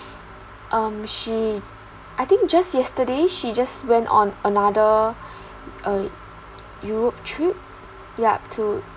um she I think just yesterday she just went on another uh europe trip yup to